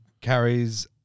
carries